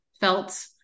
felt